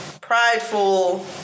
prideful